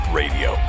radio